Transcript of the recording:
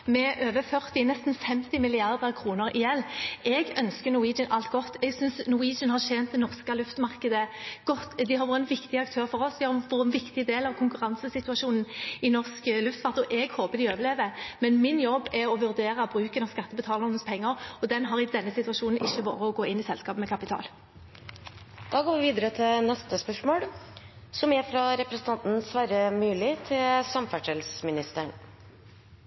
med over 40 mrd. kr, nesten 50 mrd. kr, i gjeld. Jeg ønsker Norwegian alt godt, jeg synes Norwegian har tjent det norske luftmarkedet godt. De har vært en viktig aktør for oss, de har vært en viktig del av konkurransesituasjonen i norsk luftfart, og jeg håper de overlever. Men min jobb er å vurdere bruken av skattebetalernes penger, og den har i denne situasjonen ikke vært å gå inn i selskapet med kapital. «Flere drosjesentraler har etter liberaliseringen av drosjenæringa 1. november kuttet ut beredskap på natta. Fylkeskommunene kan gi enerett til